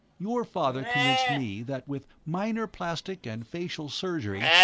your father convinced me that with minor plastic and facial surgery,